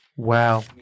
Wow